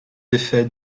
effets